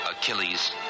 Achilles